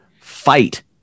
fight